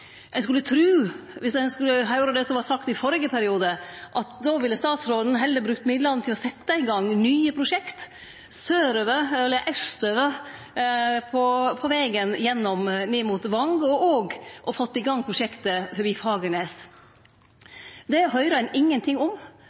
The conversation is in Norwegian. ein ønskte seg samanhengande utbyggingar. Ein skulle tru, viss ein høyrde det som vart sagt i førre periode, at statsråden heller ville brukt midlane til å setje i gang nye prosjekt austover på vegen ned mot Vang og fått i gang prosjektet forbi Fagernes. Det høyrer ein ingenting om.